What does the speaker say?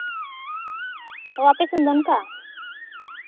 ᱚᱸᱻ ᱟᱯᱮ ᱥᱮᱱ ᱫᱚ ᱚᱱᱠᱟ